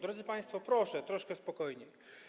Drodzy państwo, proszę troszkę spokojniej.